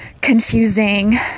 confusing